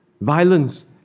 violence